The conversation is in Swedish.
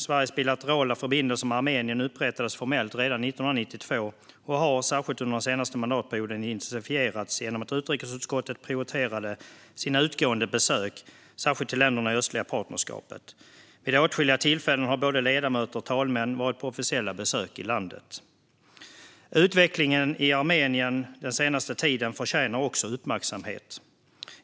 Sveriges bilaterala förbindelser med Armenien upprättades formellt redan 1992 och har, särskilt under den senaste mandatperioden, intensifierats genom att utrikesutskottet prioriterat sina utgående besök särskilt till länderna i det östliga partnerskapet. Vid åtskilliga tillfällen har både ledamöter och talmän varit på officiella besök i landet. Utvecklingen i Armenien den senaste tiden förtjänar också uppmärksamhet.